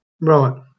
Right